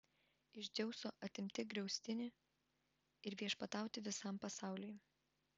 iš dzeuso atimti griaustinį ir viešpatauti visam pasauliui